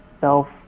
self